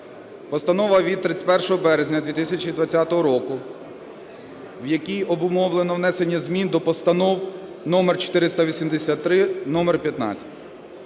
постанова від 31 березня 2020 року, в якій обумовлено внесення змін до постанов номер 483, номер 15,